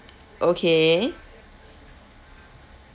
okay